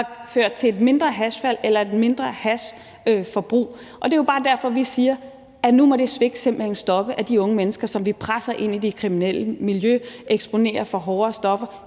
har ført til et mindre hashsalg eller et mindre hashforbrug. Og det er jo bare derfor, vi siger, at nu må det svigt over for de unge mennesker, som vi presser ind i det kriminelle miljø, hvor de bliver eksponeret for hårde stoffer,